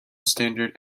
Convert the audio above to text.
standard